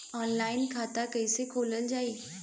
Online खाता कईसे खोलल जाई?